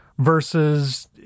versus